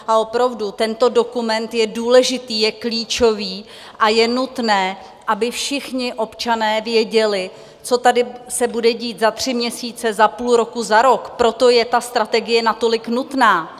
A opravdu, tento dokument je důležitý, je klíčový a je nutné, aby všichni občané věděli, co se tady bude dít za tři měsíce, za půl roku, za rok, proto je ta strategie natolik nutná.